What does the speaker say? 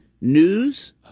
news